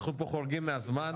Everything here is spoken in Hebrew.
אנחנו פה חורגים מהזמן.